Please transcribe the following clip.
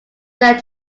sent